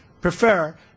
prefer